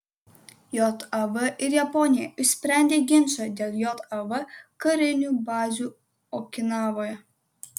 jav ir japonija išsprendė ginčą dėl jav karinių bazių okinavoje